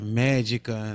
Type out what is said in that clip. médica